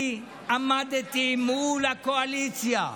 אני עמדתי מול הקואליציה,